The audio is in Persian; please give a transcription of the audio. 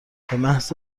بمحض